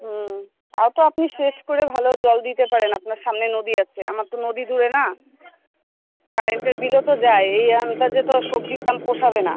হুম তাও তো আপনি সেচ করে ভালো জল দিতে পারেন আপনার সামনে নদী আছে আমার তো নদী দূরে না কারেন্টের বিলও তো যায় এই এমন কাজে তো সবজির দাম পোষাবে না